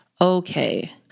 Okay